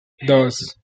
dos